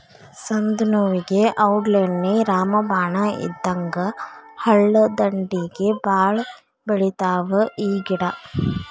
ಸಂದನೋವುಗೆ ಔಡ್ಲೇಣ್ಣಿ ರಾಮಬಾಣ ಇದ್ದಂಗ ಹಳ್ಳದಂಡ್ಡಿಗೆ ಬಾಳ ಬೆಳಿತಾವ ಈ ಗಿಡಾ